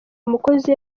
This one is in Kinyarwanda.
umukozi